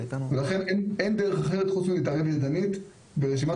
ולכן אין דרך אחרת חוץ מלהתערב ידנית ברשימת